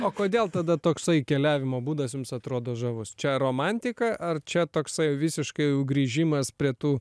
o kodėl tada toksai keliavimo būdas jums atrodo žavus čia romantika ar čia toksai visiškai jau grįžimas prie tų